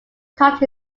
taught